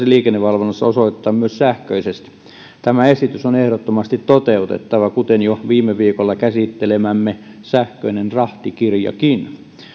liikennevalvonnassa osoittaa myös sähköisesti tämä esitys on ehdottomasti toteutettava kuten jo viime viikolla käsittelemämme sähköinen rahtikirjakin